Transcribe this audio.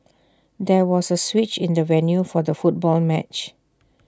there was A switch in the venue for the football match